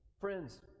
Friends